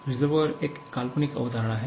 reservoir एक काल्पनिक अवधारणा है